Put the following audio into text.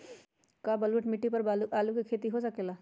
का बलूअट मिट्टी पर आलू के खेती हो सकेला?